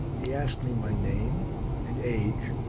he asked me my name and age,